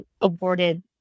awarded